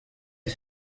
est